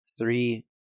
Three